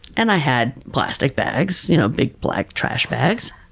and i had plastic bags, you know, big, black trash bags.